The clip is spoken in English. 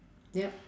yup